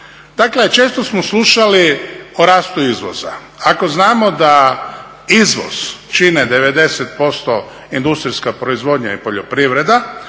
često smo slušali o rastu izvoza, ako znamo da izvoz čine 90% industrijska proizvodnja i poljoprivreda,